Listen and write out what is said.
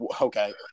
Okay